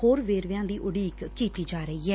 ਹੋਰ ਵੇਰਵਿਆਂ ਦੀ ਉਡੀਕ ਕੀਤੀ ਜਾ ਰਹੀ ਏ